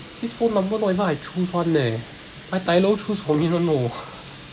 this phone number not even I choose [one] eh my tai lo choose for me [one] you know